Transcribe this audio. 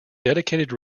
dedicated